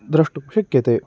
द्रष्टुं शक्यते